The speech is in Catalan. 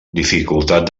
dificultat